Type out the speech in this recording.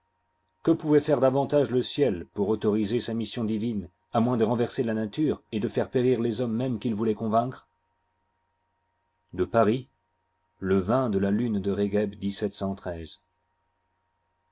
que pouvait faire davantage le ciel pour autoriser sa mission divine à moins de renverser la nature et de faire périr les hommes mêmes qu'il vouloit convaincre à paris le de la lune de